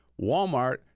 Walmart